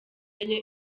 enye